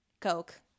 coke